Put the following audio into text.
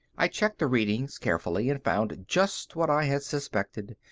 i checked the readings carefully and found just what i had suspected.